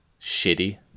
shitty